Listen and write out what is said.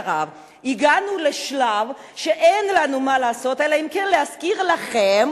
הגענו לשלב שאין לנו מה לעשות אלא להזכיר לכם,